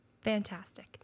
Fantastic